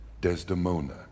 Desdemona